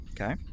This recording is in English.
Okay